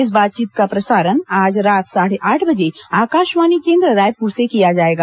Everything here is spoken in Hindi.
इस बातचीत का प्रसारण आज रात साढ़े आठ बजे आकाशवाणी केन्द्र रायपुर से किया जाएगा